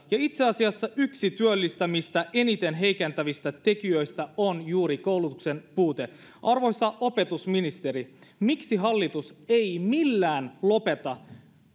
itse asiassa yksi työllistämistä eniten heikentävistä tekijöistä on juuri koulutuksen puute arvoisa opetusministeri miksi hallitus ei millään lopeta